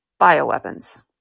bioweapons